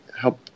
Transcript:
help